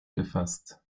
befasst